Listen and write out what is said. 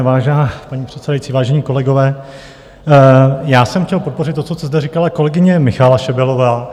Vážená paní předsedající, vážení kolegové, já jsem chtěl podpořit to, co tady říkala kolegyně Michaela Šebelová.